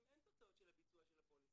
אין תוצאות של הביצוע של הפוליסה.